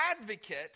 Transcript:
advocate